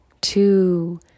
two